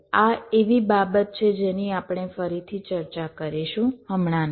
આ એવી બાબત છે જેની આપણે પછીથી ચર્ચા કરીશું હમણાં નહીં